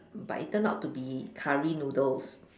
but it turned out to be curry noodles